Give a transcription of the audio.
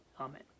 Amen